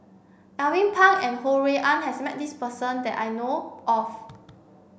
Alvin Pang and Ho Rui An has met this person that I know of